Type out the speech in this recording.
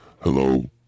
Hello